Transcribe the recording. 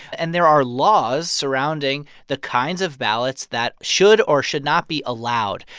and there are laws surrounding the kinds of ballots that should or should not be allowed.